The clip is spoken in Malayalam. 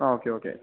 okay okay